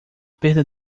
perda